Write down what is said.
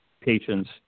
patients